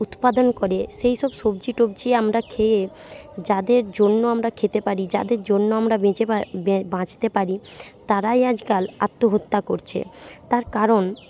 উৎপাদন করে সেই সব সবজি টবজি আমরা খেয়ে যাদের জন্য আমরা খেতে পারি যাদের জন্য আমরা বেঁচে বাঁচতে পারি তারাই আজকাল আত্মহত্যা করছে তার কারণ